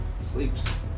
sleeps